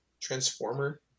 Transformer